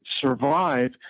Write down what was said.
survive